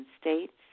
states